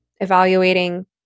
evaluating